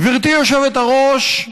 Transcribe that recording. גברתי היושבת-ראש,